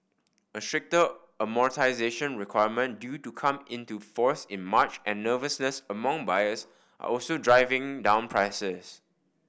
a stricter amortisation requirement due to come into force in March and nervousness among buyers are also driving down prices